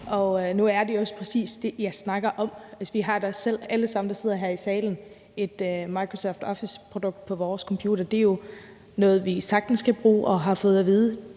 Nu er det jo også præcis det, jeg taler om. Alle os, der sidder her i salen, har jo et Microsoft Office-produkt på vores computer. Det er jo noget, vi sagtens kan bruge og har fået at vide